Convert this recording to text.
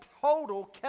total